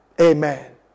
Amen